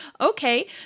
okay